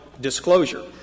disclosure